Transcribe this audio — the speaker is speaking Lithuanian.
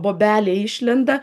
bobelė išlenda